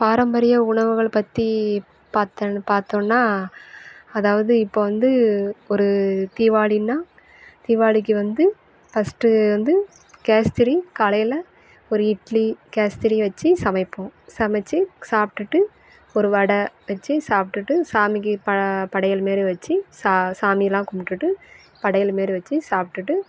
பாரம்பரிய உணவுகள் பற்றி பார்த்தன் பார்த்தோன்னா அதாவது இப்போ வந்து ஒரு தீபாளின்னா தீபாளிக்கு வந்து ஃபஸ்ட்டு வந்து கேசரி காலையில் ஒரு இட்லி கேசரி வச்சு சமைப்போம் சமைத்து சாப்பிட்டுட்டு ஒரு வடை வச்சு சாப்பிட்டுட்டு சாமிக்கு ப படையல் மாரி வச்சு சா சாமிலாம் கும்பிட்டுட்டு படையல் மாரி வச்சு சாப்பிட்டுட்டு